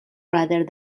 rather